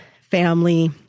family